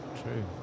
True